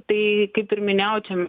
tai kaip ir minėjau čia